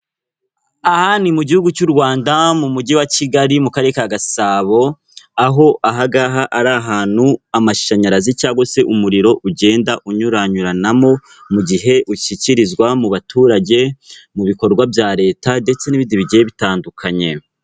Aha ni mu Gihugu cy'u Rwanda mu Mujyi wa Kigali mu Karere ka Gasabo, aho aha ngaha ari ahantu amashanyarazi cyangwa se umuriro ugenda unyuranyuranamo mu gihe ushyikirizwa mu baturage, mu bikorwa bya leta ndetse n'ibindi bigiye bitandukanye.